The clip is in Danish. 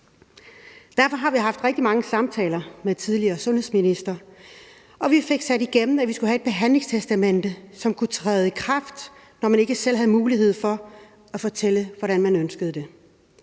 Derfor har vi haft rigtig mange samtaler med den tidligere sundhedsminister, og vi fik sat igennem, at vi skulle have et behandlingstestamente, som kunne træde i kraft, når man ikke selv havde mulighed for at fortælle, hvad man ønskede,